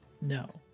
No